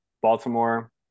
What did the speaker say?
Baltimore